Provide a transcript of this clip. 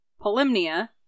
Polymnia